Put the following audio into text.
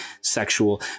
sexual